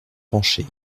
pancher